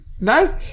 no